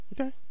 Okay